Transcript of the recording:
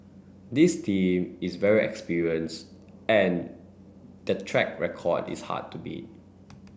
this team is very experienced and their track record is hard to beat